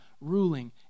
ruling